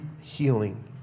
Healing